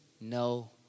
no